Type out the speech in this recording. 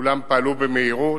כולם פעלו במהירות.